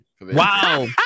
Wow